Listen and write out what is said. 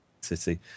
City